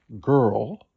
girl